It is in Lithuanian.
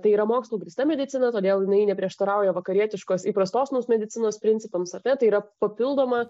tai yra mokslu grįsta medicina todėl jinai neprieštarauja vakarietiškos įprastos mums medicinos principams ar ne tai yra papildoma